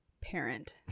parent